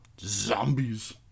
Zombies